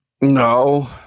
No